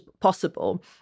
possible